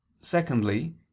secondly